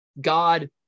God